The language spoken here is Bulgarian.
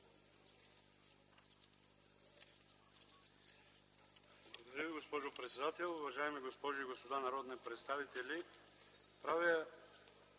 Благодаря Ви, госпожо председател. Уважаеми госпожи и господа народни представители! Правя